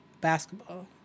basketball